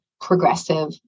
progressive